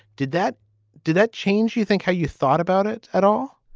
did that did that change, you think, how you thought about it at all?